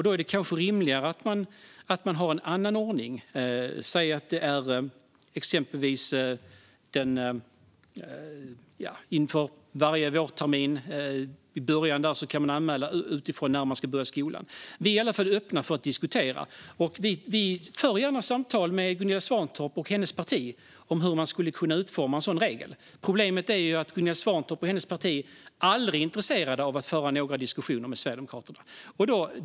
Det är kanske rimligare att ha en annan ordning, exempelvis att man i början av varje vårtermin kan anmäla barnet utifrån när det ska börja i skolan. Vi är i alla fall öppna för att diskutera. Vi för gärna samtal med Gunilla Svantorp och hennes parti om hur man skulle kunna utforma en sådan regel. Problemet är att Gunilla Svantorp och hennes parti aldrig är intresserade av att föra några diskussioner med Sverigedemokraterna.